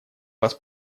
вас